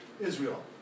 Israel